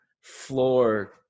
floor